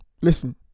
Listen